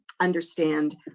understand